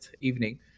evening